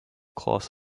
class